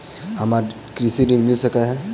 हमरा कृषि ऋण मिल सकै है?